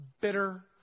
bitter